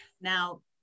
Now